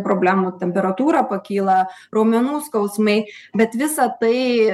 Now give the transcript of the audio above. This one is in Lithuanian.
problemų temperatūra pakyla raumenų skausmai bet visa tai